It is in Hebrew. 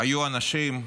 -- היו אנשים,